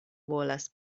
volas